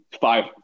five